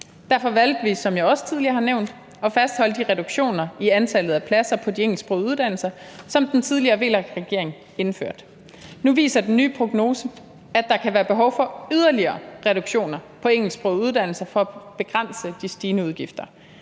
Derfor valgte vi, som jeg også tidligere har nævnt, at fastholde de reduktioner i antallet af pladser på de engelsksprogede uddannelser, som den tidligere VLAK-regering indførte. Nu viser den nye prognose, at der kan være behov for yderligere reduktioner på engelsksprogede uddannelser for at begrænse de stigende udgifter.